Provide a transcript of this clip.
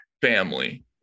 family